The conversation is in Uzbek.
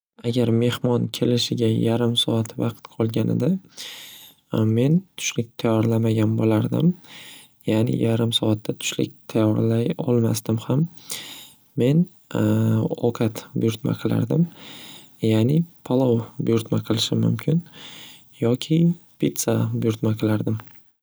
Agar mehmon kelishiga yarim soat vaqt qolganida men tushlik tayyorlamagan bo'lardim, ya'ni yarim soatda tushlik tayyorlay olmasdim ham men ovqat buyurtma qilardim, ya'ni palov buyurtma qilishim mumkin yoki pitsa buyurtma qilardim.